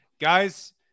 guys